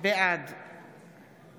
בעד